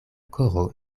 koro